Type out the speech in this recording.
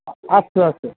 अस्तु अस्तु